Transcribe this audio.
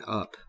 up